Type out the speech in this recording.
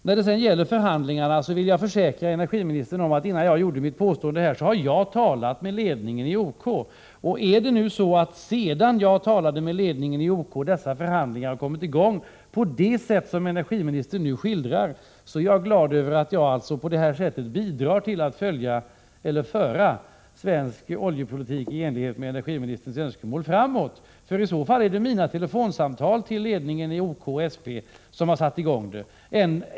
När det gäller förhandlingarna vill jag försäkra energiministern om att jag, innan jag gjorde mitt påstående här, hade talat med ledningen för OK. Om det är så att — sedan jag talade med ledningen i OK — dessa förhandlingar kommit i gång på det sätt som energiministern nu skildrar, är jag glad över att jag på det här sättet bidrar till att föra svensk oljepolitik framåt i enlighet med energiministerns önskemål. I så fall är det nämligen mina telefonsamtal till ledningen i OK och SP som har satt i gång förhandlingarna.